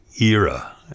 era